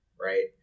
right